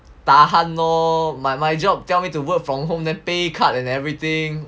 tahan lor my job ask me to work from home then pay cut and everything